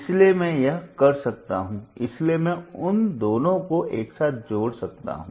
इसलिए मैं यह कर सकता हूं इसलिए मैं उन दोनों को एक साथ जोड़ता हूं